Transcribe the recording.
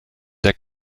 der